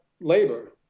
labor